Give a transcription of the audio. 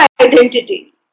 identity